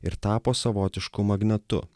ir tapo savotišku magnetu